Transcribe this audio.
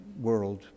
world